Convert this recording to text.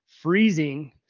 freezing